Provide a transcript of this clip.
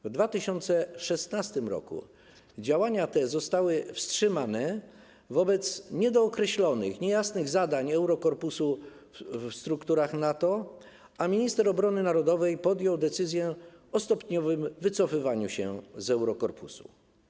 W 2016 r. działania te zostały wstrzymane wobec niedookreślonych, niejasnych zadań Eurokorpusu w strukturach NATO, a minister obrony narodowej podjął decyzję o stopniowym wycofywaniu się z Eurokorpusu.